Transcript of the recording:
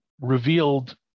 revealed